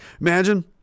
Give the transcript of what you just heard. Imagine